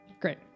Great